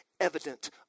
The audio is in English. evident